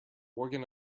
organ